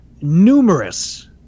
numerous